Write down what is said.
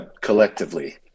Collectively